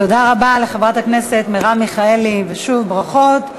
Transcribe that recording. תודה רבה, חברת הכנסת מרב מיכאלי, ושוב, ברכות.